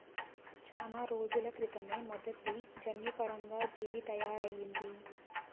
చానా రోజుల క్రితమే మొదటి జన్యుపరంగా జీవి తయారయింది